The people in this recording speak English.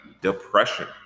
Depression